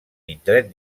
indret